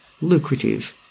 lucrative